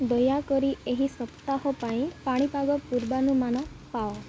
ଦୟାକରି ଏହି ସପ୍ତାହ ପାଇଁ ପାଣିପାଗ ପୂର୍ବାନୁମାନ ପାଅ